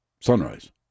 sunrise